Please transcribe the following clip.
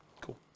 Cool